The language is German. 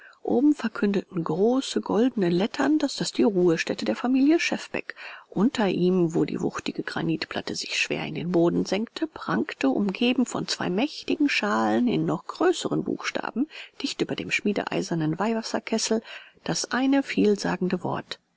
oben verkündeten große goldene lettern daß das die ruhestätte der familie schefbeck unter ihm wo die wuchtige granitplatte sich schwer in den boden senkte prangte umgeben von zwei mächtigen schalen in noch größeren buchstaben dicht über dem schmiedeeisernen weihwasserkessel das eine vielsagende wort